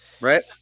Right